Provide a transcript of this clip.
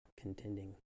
contending